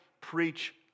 preach